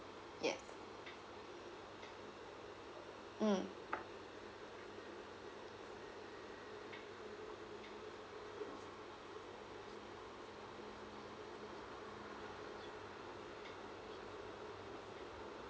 yes mm